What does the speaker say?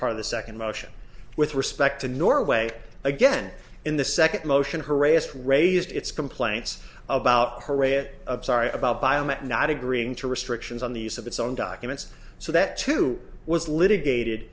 part of the second motion with respect to norway again in the second motion harassed raised its complaints about her a it sorry about biomet not agreeing to restrictions on the use of its own documents so that too was litigated